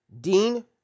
Dean